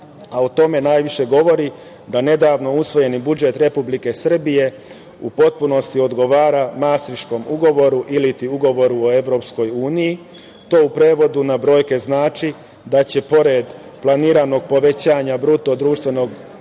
a o tome najviše govori da nedavno usvojeni budžet Republike Srbije u potpunosti odgovara Mastriškom ugovoru ili ti ugovori u EU, to u prevodu na brojke znači da će pored planiranog povećanja bruto društvenog proizvoda